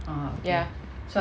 ya